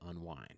unwind